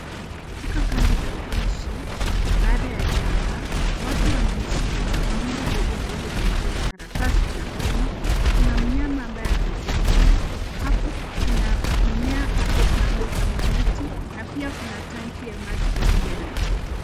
Katika kambi za kuishi baada ya janga, watu wanaishi katika nyumba ndogo zilizofunikwa na karatasi na kuni. Kuna mnyama ambaye anatembea. Kuna mimea hapo kando kama miti na pia kuna tanki ya maji pamoja na choo.